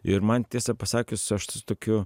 ir man tiesą pasakius aš su tokiu